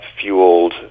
fueled